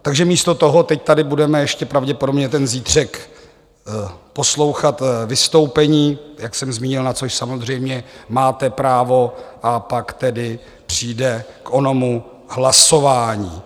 Takže místo toho teď tady budeme ještě pravděpodobně ten zítřek poslouchat vystoupení, jak jsem zmínil, na což samozřejmě máte právo, a pak tedy přijde k onomu hlasování.